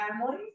family